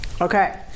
Okay